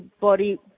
body